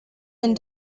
and